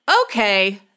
okay